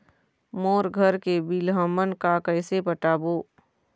मोर घर के बिल हमन का कइसे पटाबो?